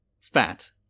fat